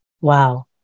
Wow